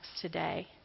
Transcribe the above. today